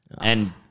And-